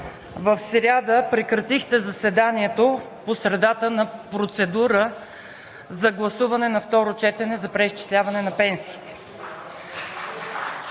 в сряда прекратихте заседанието по средата на процедура за гласуване на второ четене за преизчисляване на пенсиите.